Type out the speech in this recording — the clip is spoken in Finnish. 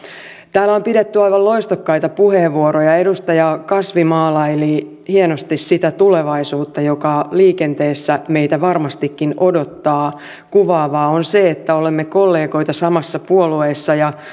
täällä on pidetty aivan loistokkaita puheenvuoroja edustaja kasvi maalaili hienosti sitä tulevaisuutta joka liikenteessä meitä varmastikin odottaa kuvaavaa on se että olemme kollegoita samassa puolueessa ja